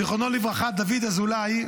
זכרונו לברכה, דוד אזולאי,